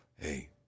hey